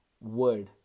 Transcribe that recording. word